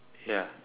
ya